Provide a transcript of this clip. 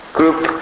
group